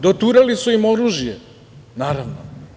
Doturali su im oružje, naravno.